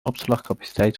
opslagcapaciteit